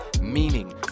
meaning